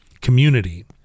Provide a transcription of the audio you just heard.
community